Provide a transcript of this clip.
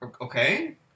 Okay